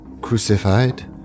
crucified